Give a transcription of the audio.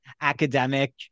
academic